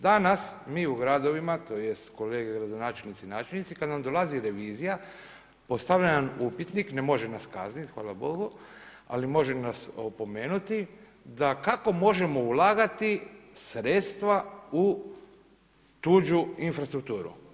Danas mi u gradovima tj. kolege gradonačelnici i načelnici kada nam dolazi revizija postavlja nam upitnik, ne može nas kazniti hvala Bogu, ali može nas opomenuti da kako možemo ulagati sredstva u tuđu infrastrukturu.